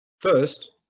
First